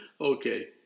Okay